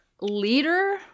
leader